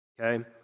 okay